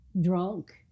drunk